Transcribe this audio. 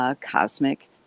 cosmic